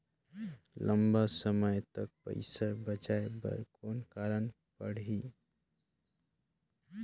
लंबा समय तक पइसा बचाये बर कौन करना पड़ही?